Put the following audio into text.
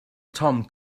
tom